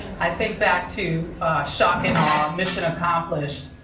i think back to shock-and-awe mission accomplished.